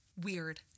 Weird